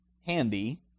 handy